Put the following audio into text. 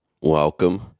Welcome